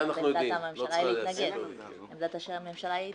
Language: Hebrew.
אז עמדת הממשלה היא להתנגד.